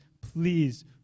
please